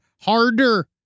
harder